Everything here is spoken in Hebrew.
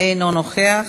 אינו נוכח.